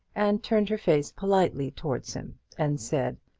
and turned her face politely towards him, and said,